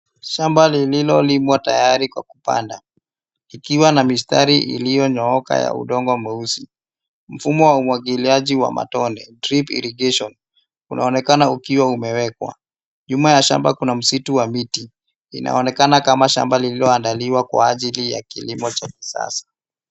Shamba lililolimwa tayari kwa kupanda ikiwa na mistari iliyonyooka ya udongo mweusi. Mfumo wa umwagiliaji wa matone drip irrigation unaonekana ukiwa umewekwa. Nyuma ya shamba kuna msitu wa miti. Inaonekana kama shamba lililoandaliwa kwa ajili ya kilimo cha kisasa.